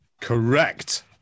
Correct